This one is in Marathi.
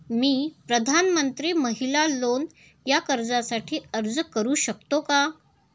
मी प्रधानमंत्री महिला लोन या कर्जासाठी अर्ज करू शकतो का?